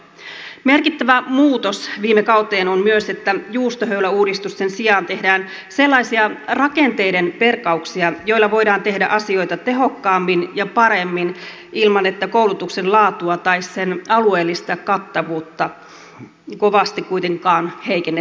merkittävä muutos viime kauteen on myös että juustohöyläuudistusten sijaan tehdään sellaisia rakenteiden perkauksia joilla voidaan tehdä asioita tehokkaammin ja paremmin ilman että koulutuksen laatua tai sen alueellista kattavuutta kovasti kuitenkaan heikennettäisiin